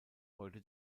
heute